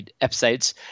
episodes